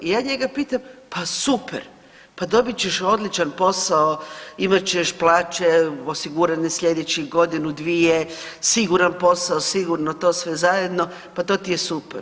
I ja njega pitam pa super, pa dobit ćeš odličan posao, imat ćeš plaće osigurane slijedećih godinu dvije, siguran posao, sigurno to sve zajedno, pa to ti je super.